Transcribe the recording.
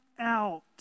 out